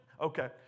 okay